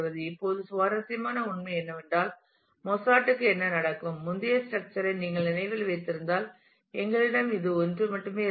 இப்போது சுவாரஸ்யமான உண்மை என்னவென்றால் மொசார்ட்டுக்கு என்ன நடக்கும் முந்தைய ஸ்ட்ரக்சர் ஐ நீங்கள் நினைவில் வைத்திருந்தால் எங்களிடம் இது 1 மட்டுமே இருந்தது